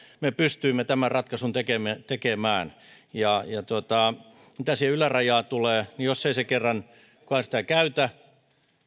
me pystyimme tämän ratkaisun tekemään tekemään mitä siihen ylärajaan tulee niin jos ei kerran kukaan sitä käytä